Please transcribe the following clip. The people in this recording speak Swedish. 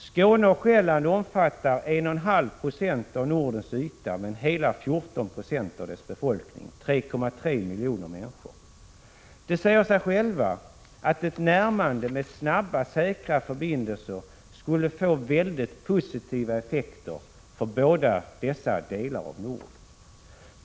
Skåne och Själland omfattar 1,5 20 av Nordens yta, men där hela 14 90 av dess befolkning bor, 3,3 miljoner människor. Det säger sig självt att ett närmande med hjälp av snabba och säkra förbindelser skulle få positiva effekter för båda dessa delar av Norden.